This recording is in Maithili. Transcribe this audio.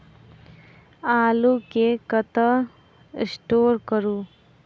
आलु केँ कतह स्टोर करू?